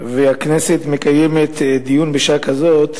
והכנסת מקיימת דיון בשעה כזאת.